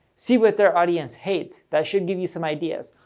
see what their audience hates. that should give you some ideas.